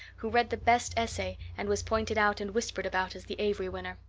who read the best essay and was pointed out and whispered about as the avery winner.